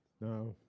No